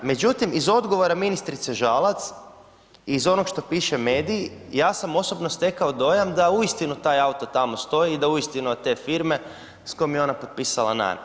Međutim, iz odgovora ministrice Žalac i iz onog što pišu mediji ja sam osobno stekao dojam da uistinu taj auto tamo stoji i da je uistinu od te firme s kojom je ona potpisala najam.